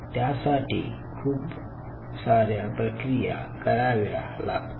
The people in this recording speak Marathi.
त्यासाठी खूप सार्या प्रक्रिया कराव्या लागतात